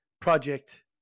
project